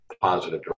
positive